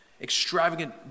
extravagant